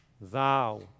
Thou